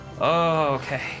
Okay